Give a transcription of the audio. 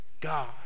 God